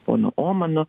fonu omanu